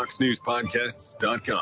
foxnewspodcasts.com